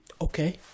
Okay